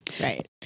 Right